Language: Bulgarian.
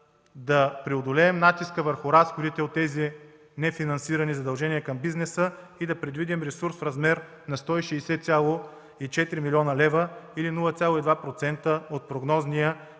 да преодолеем натиска върху разходите от тези нефинансирани задължения към бизнеса и да предвидим ресурс в размер на 160,4 млн. лв., или 0,2% от прогнозния